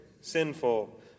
sinful